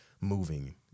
moving